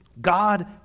God